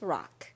Rock 。